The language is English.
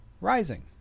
rising